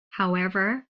however